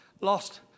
lost